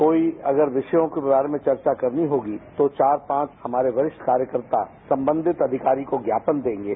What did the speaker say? कोई अगर विषयों के बारे में चर्चा करनी होगी तो चार पांच हमारे वरिष्ठ कार्यकर्ता संबंधित अधिकारी को ज्ञापन देंगे